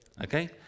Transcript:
Okay